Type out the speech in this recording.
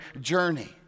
journey